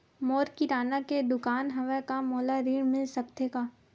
मोर किराना के दुकान हवय का मोला ऋण मिल सकथे का?